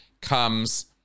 comes